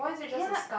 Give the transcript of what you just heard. ya